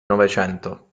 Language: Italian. novecento